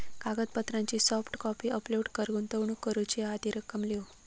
कागदपत्रांची soft copy upload कर, गुंतवणूक करूची हा ती रक्कम लिव्ह